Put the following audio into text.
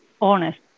honest